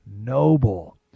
noble